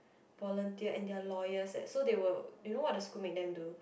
volunteer and they are lawyers leh so they will you know what the school made them do